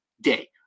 day